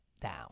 down